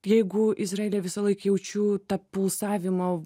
jeigu izraelyje visąlaik jaučiu tą pulsavimą